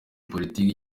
politiki